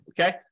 Okay